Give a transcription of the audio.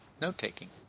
note-taking